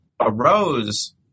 arose